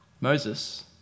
Moses